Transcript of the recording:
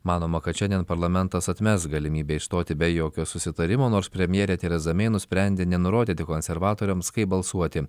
manoma kad šiandien parlamentas atmes galimybę išstoti be jokio susitarimo nors premjerė tereza mei nusprendė nenurodyti konservatoriams kaip balsuoti